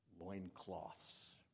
loincloths